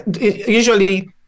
usually